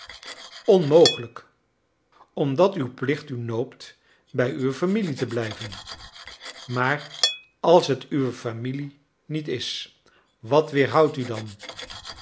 onmogelijk omdat uw plicht u noopt bij uwe familie te blijven maar als het uwe familie niet is wat weerhoudt u dan